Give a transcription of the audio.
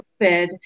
COVID